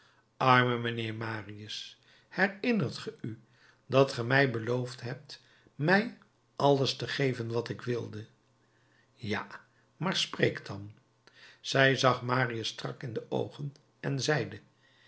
arme mijnheer marius herinnert ge u dat ge mij beloofd hebt mij alles te geven wat ik wilde ja maar spreek dan zij zag marius strak in de oogen en zeide